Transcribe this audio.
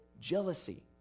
jealousy